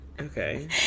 okay